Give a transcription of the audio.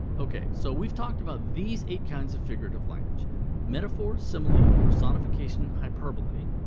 ok, so we've talked about these eight kinds of figurative language metaphor, simile, personification, hyperbole,